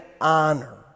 honor